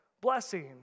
blessing